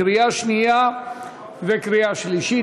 קריאה שנייה וקריאה שלישית.